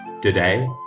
Today